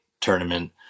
tournament